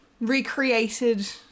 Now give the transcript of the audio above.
recreated